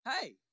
Hey